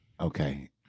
Okay